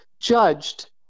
judged